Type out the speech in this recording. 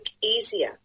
easier